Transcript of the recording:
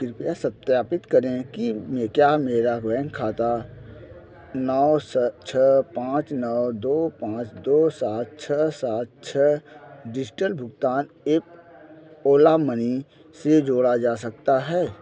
कृपया सत्यापित करें कि क्या मेरा बैंक खाता नौ छः पाँच नौ दो पाँच दो सात छः सात छः डिज़िटल भुगतान ऐप ओला मनी से जोड़ा जा सकता है